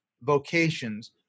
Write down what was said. vocations